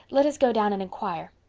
let us go down and inquire.